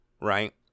right